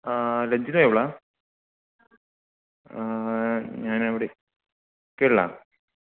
ആ ലഞ്ച് ടേബിളാണോ ആ ഞാനവിടെ കേട്ടില്ല